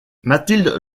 mathilde